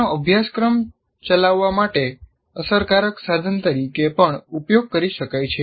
તેનો અભ્યાસક્રમ ચલાવવા માટે અસરકારક સાધન તરીકે પણ ઉપયોગ કરી શકાય છે